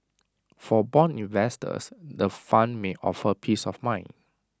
for Bond investors the fund may offer peace of mind